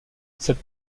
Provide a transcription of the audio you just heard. cette